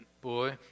boy